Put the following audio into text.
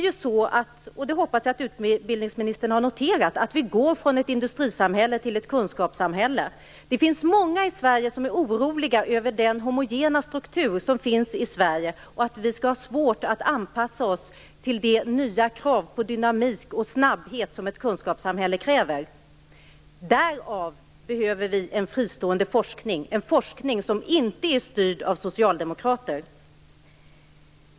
Jag hoppas att utbildningsministern har noterat att vi går från ett industrisamhälle till ett kunskapssamhälle. Många i Sverige är oroliga över den homogena strukturen i Sverige och för att vi skall få svårt att anpassa oss till de nya krav på dynamik och snabbhet som ett kunskapssamhälle kräver. Därför behöver vi en fristående forskning, en forskning som inte är styrd av socialdemokrater.